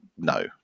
no